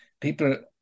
people